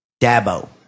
Dabo